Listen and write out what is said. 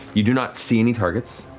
you do not see any targets.